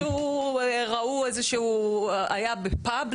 שהוא היה בפאב,